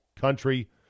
country